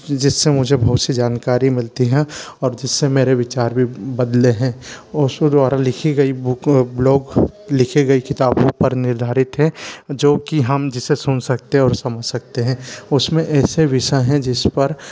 जिस से मुझे बहुत सी जानकारी मिलती है और जिस से मेरे विचार भी बदले हैं ओशो द्वारा लिखी गई बुक ब्लॉग लिखी गई किताबों पर निर्धारित हैं जो कि हम जिसे सुन सकते हैं और समझ सकते हैं उस में ऐसे विषय हैं जिस पर